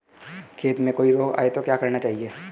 खेत में कोई रोग आये तो क्या करना चाहिए?